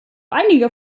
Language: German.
einige